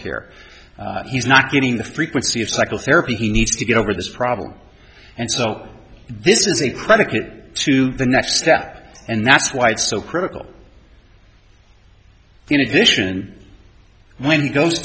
care he's not getting the frequency of psychotherapy he needs to get over this problem and so this is a credit to the next step and that's why it's so critical in addition when he goes